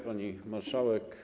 Pani Marszałek!